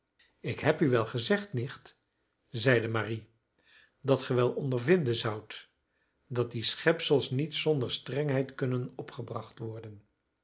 ik heb u wel gezegd nicht zeide marie dat ge wel ondervinden zoudt dat die schepsels niet zonder strengheid kunnen opgebracht worden